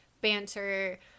banter